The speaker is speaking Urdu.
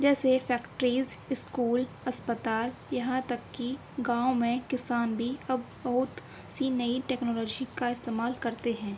جیسے فیکٹریز اسکول اسپتال یہاں تک کہ گاؤں میں کسان بھی اب بہت سی نئی ٹیکنالوجی کا استعمال کرتے ہیں